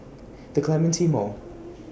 The Clementi Mall